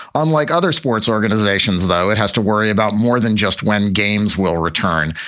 unlike other sports organizations, though, it has to worry about more than just when games will return.